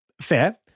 Fair